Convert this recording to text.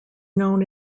known